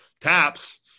Taps